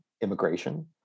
immigration